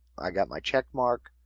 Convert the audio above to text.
i got my checkmark.